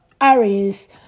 Aries